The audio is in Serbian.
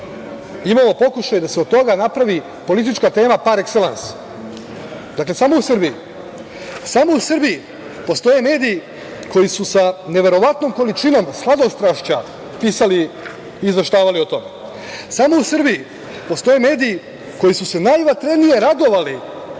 imamo pokušaj da se od toga napravi politička tema par ekselans. Samo u Srbiji. Samo u Srbiji postoje mediji koji su sa neverovatnom količinom slabostrašća pisali i izveštavali o tome. Samo u Srbiji postoje mediji koji su se najvatrenije radovali